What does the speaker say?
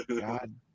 God